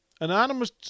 Anonymous